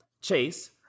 Chase